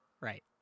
Right